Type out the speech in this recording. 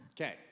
Okay